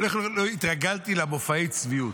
למופעי צביעות.